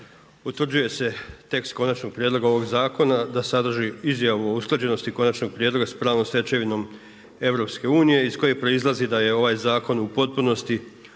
Utvrđuje ste tekst konačnog prijedloga ovog zakona, da sadrži izjavu o usklađenosti konačnog prijedloga, s pravnom stečevinom EU, iz koje proizlazi da je ovaj zakon u potpunosti